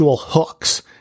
hooks